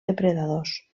depredadors